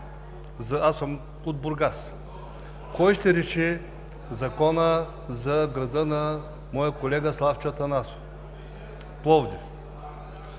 Аз съм от Бургас. Кой ще реши закона за града на моя колега Славчо Атанасов – Пловдив?